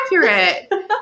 accurate